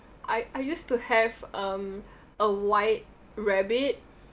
I I used to have um a white rabbit